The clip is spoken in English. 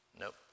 nope